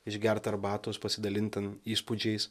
išgert arbatos pasidalint ten įspūdžiais